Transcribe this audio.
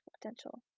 potential